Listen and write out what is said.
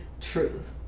truth